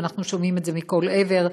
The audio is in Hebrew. ואנחנו שומעים את זה מכל עבר,